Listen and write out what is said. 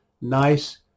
nice